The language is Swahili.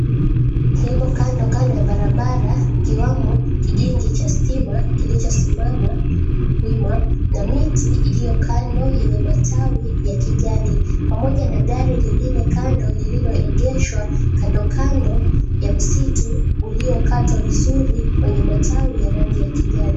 Limo kandokando ya barabara ikiwamo kijingi cha stima kilichosimama wima, na miti iliyo kando yenye matawi ya kijani. Pamoja na gari lingine kando lililolegeshwa kandokando ya msitu uliokatwa vizuri wenye matawi ya rangi ya kijani.